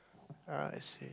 uh I see